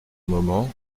moment